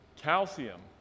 Calcium